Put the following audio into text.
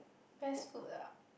best food ah